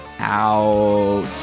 out